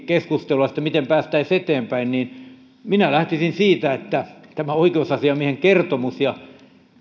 keskustelua siitä miten päästäisiin eteenpäin niin minä lähtisin siitä että oikeusasiamiehen kertomus ja